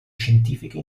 scientifiche